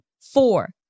four